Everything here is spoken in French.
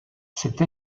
cette